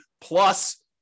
plus